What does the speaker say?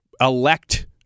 elect